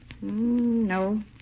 No